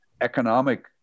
economic